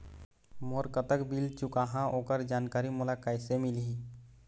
मोर कतक बिल चुकाहां ओकर जानकारी मोला कैसे मिलही?